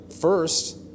First